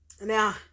Now